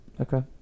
Okay